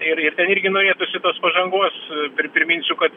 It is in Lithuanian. ir ir ten irgi norėtųsi tos pažangos ir priminsiu kad